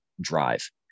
drive